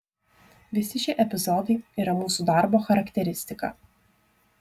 visi šie epizodai yra mūsų darbo charakteristika